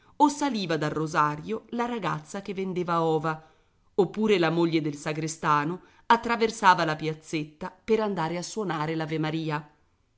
o saliva dal rosario la ragazza che vendeva ova oppure la moglie del sagrestano attraversava la piazzetta per andare a suonare l'avemaria